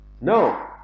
No